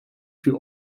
für